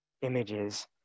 images